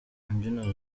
imbyino